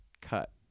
cut